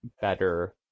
better